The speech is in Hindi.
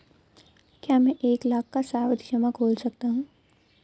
क्या मैं एक लाख का सावधि जमा खोल सकता हूँ?